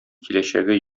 киләчәге